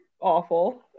awful